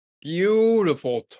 beautiful